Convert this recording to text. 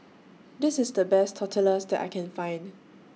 This IS The Best Tortillas that I Can Find